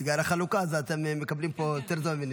בגלל החלוקה אתם מקבלים פה יותר זמן.